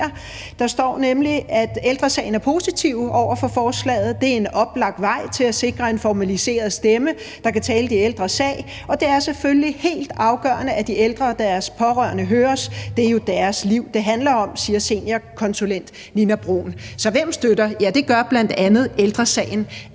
Der står nemlig: »Ældre Sagen er positive over for forslaget. Det er en oplagt vej til, at sikre en formaliseret stemme, der kan tale de ældres sag. Og det er selvfølgelig helt afgørende, at de ældre og deres pårørende høres. Det er jo deres liv det handler om, siger seniorkonsulent Nina Bruun.« Så hvem støtter? Ja, det gør bl.a. Ældre Sagen.